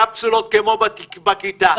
קפסולות כמו בכיתה.